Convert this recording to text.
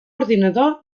ordinador